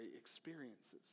experiences